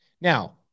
Now